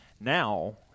now